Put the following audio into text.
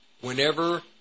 whenever